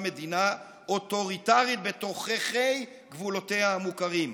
מדינה אוטוריטרית בתוככי גבולותיה המוכרים.